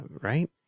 right